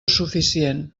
suficient